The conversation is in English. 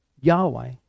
Yahweh